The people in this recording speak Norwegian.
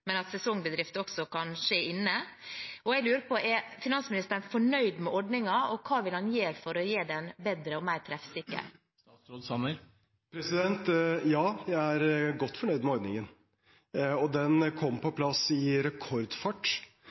men at noe der også kan skje inne. Jeg lurer på: Er finansministeren fornøyd med ordningen, og hva vil han gjøre for å gjøre den bedre og mer treffsikker? Ja, jeg er godt fornøyd med ordningen, og den kom på plass i rekordfart.